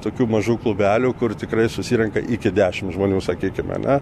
tokių mažų klubelių kur tikrai susirenka iki dešimt žmonių sakykime ne